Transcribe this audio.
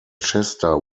chester